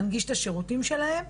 להנגיש את השירותים שלהם,